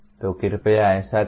तो कृपया ऐसा करें